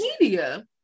media